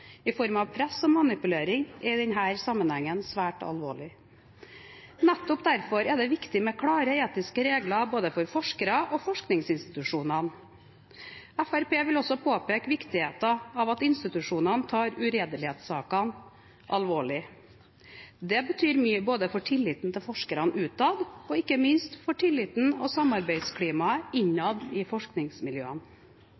i form av press og manipulering, er i denne sammenheng svært alvorlig. Nettopp derfor er det viktig med klare, etiske regler både for forskere og forskningsinstitusjoner. Fremskrittspartiet vil også påpeke viktigheten av at institusjonene tar uredelighetssaker alvorlig. Dette betyr mye både for tilliten til forskerne utad og ikke minst for tilliten og samarbeidsklimaet